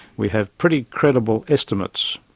we have pretty credible estimates,